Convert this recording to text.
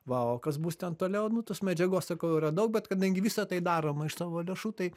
va o kas bus ten toliau nu tos medžiagos sakau yra daug bet kadangi visa tai daroma iš savo lėšų tai